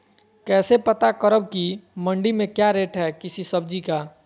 कैसे पता करब की मंडी में क्या रेट है किसी सब्जी का?